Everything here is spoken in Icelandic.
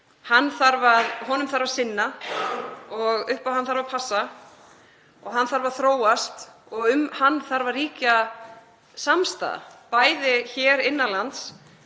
Honum þarf að sinna, upp á hann þarf að passa, hann þarf að þróast og um hann þarf að ríkja samstaða bæði hér innan lands